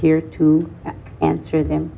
here to answer them